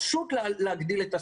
צריך פשוט להגדיל את הסכומים.